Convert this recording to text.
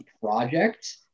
project